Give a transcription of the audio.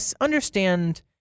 understand